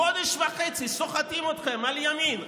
חודש וחצי סוחטים אתכם על ימין,